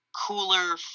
cooler